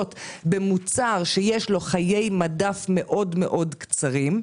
במוצר שיש לו חיי מדף מאוד מאוד קצרים,